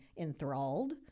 enthralled